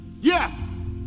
Yes